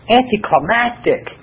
anticlimactic